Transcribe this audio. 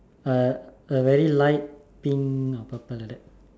uh a very light pink or purple like that